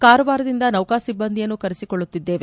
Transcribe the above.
ಕಾರವಾರದಿಂದ ನೌಕ ಸಿಬ್ಬಂದಿಯನ್ನು ಕರೆಸಿಕೊಳ್ಳುತ್ತಿದ್ದೇವೆ